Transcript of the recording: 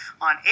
on